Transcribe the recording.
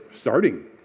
starting